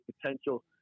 potential